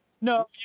No